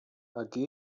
aquí